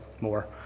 more